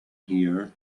here